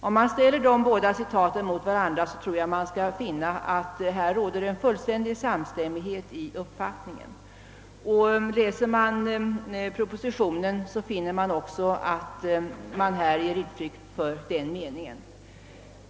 Om man ställer de båda citaten mot varandra, kan man konstatera att det råder full samstämmighet i uppfattningen. Även propositionen ger uttryck för samma mening.